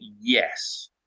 yes